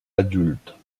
adultes